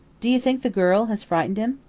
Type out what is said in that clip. do you think the girl has frightened him?